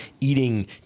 Eating